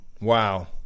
Wow